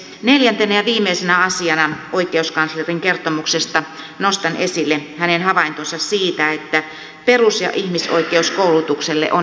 neljäntenä ja viimeisenä asiana oikeuskanslerin kertomuksesta nostan esille hänen havaintonsa siitä että perus ja ihmisoikeuskoulutukselle on edelleen tarvetta